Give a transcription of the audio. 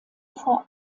vor